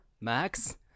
Max